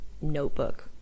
notebook